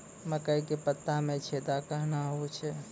मकई के पत्ता मे छेदा कहना हु छ?